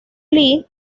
lee